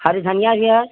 हरी धनिया भी है